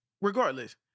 Regardless